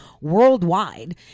worldwide